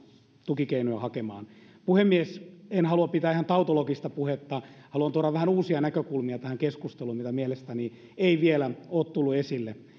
tukikeinoja hakemaan puhemies en halua pitää ihan tautologista puhetta haluan tuoda tähän keskusteluun vähän uusia näkökulmia mitä mielestäni ei vielä ole tullut esille